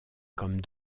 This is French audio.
comme